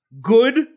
good